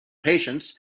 patience